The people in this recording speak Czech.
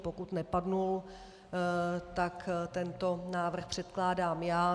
Pokud nepadl, tak tento návrh předkládám já.